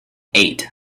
eight